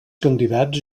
candidats